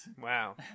Wow